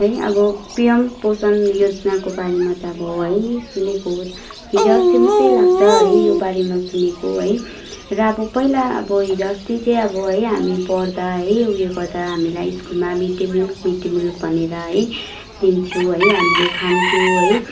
है अब पिएम पोषण योजनाको बारेमा त अब है सुनेको हो हिजो अस्ति मात्रै लाग्छ है यो बारेमा सुनेको है र अब पहिला अब हिजो अस्ति चाहिँ अब है हामी पढ़दा है यो गर्दा हामीलाई स्कुलमा mid day meal mid day meal भनेर है दिन्थ्यो है हामीले खान्थ्यौँ है